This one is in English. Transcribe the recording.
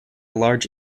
large